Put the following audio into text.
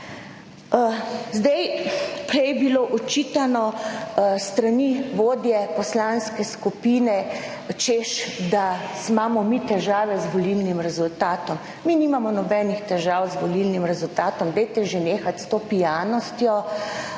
Zdaj, prej je bilo očitano s strani vodje poslanske skupine, češ da imamo mi težave z volilnim rezultatom. Mi nimamo nobenih težav z volilnim rezultatom. Dajte že nehati s to pijanostjo